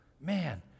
man